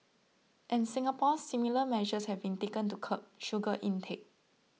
in Singapore similar measures have been taken to curb sugar intake